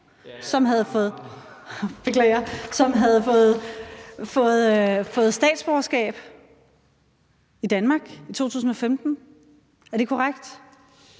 som havde fået statsborgerskab i Danmark i 2015. Er det korrekt?